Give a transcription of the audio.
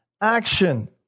action